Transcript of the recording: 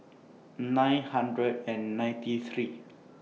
nine hundred and ninety three